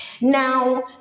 Now